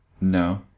No